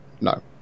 No